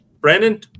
Brandon